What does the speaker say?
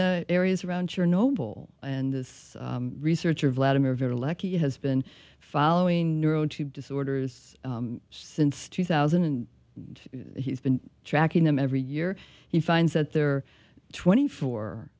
the areas around chernobyl and the researcher vladimir very lucky has been following neuro tube disorders since two thousand and he's been tracking them every year he finds that there are twenty four